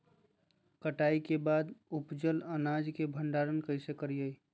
कटाई के बाद उपजल अनाज के भंडारण कइसे करियई?